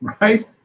Right